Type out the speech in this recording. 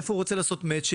איפה הוא רוצה לעשות מצ׳ינג,